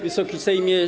Wysoki Sejmie!